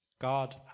God